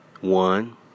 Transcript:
One